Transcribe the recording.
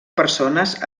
persones